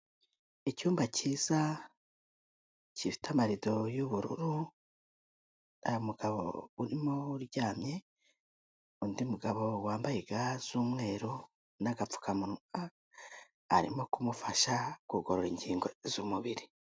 Icyumba cyiza gifite amarido y'ubururu hari umugabo urimo uryamye, undi mugabo wambaye ga z'umweru n'agapfukamunwa arimo kumufasha kugorora ingingo z'umubiri.